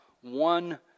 one